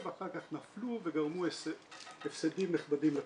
ואחר כך נפלו וגרמו הפסדים רבים לציבור,